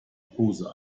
pose